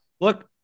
look